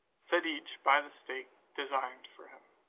set each by the stake designed for him.